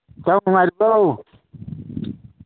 ꯏꯇꯥꯎ ꯅꯨꯡꯉꯥꯏꯔꯤꯕꯣ